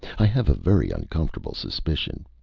i have a very uncomfortable suspicion.